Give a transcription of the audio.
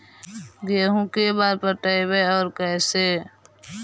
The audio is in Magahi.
गेहूं के बार पटैबए और कैसे?